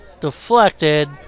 Deflected